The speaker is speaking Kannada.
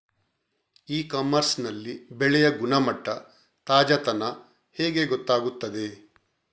ಇ ಕಾಮರ್ಸ್ ನಲ್ಲಿ ಬೆಳೆಯ ಗುಣಮಟ್ಟ, ತಾಜಾತನ ಹೇಗೆ ಗೊತ್ತಾಗುತ್ತದೆ?